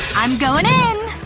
i'm going in!